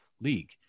league